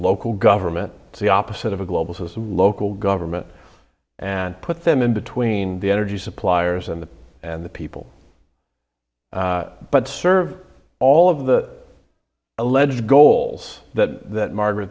local government the opposite of a global system local government and put them in between the energy suppliers and the and the people but serve all of the alleged goals that margaret